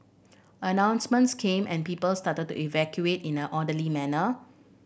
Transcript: announcements came and people started to evacuate in an orderly manner